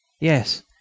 Yes